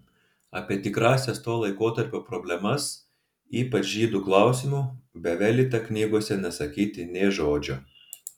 apie tikrąsias to laikotarpio problemas ypač žydų klausimu bevelyta knygose nesakyti nė žodžio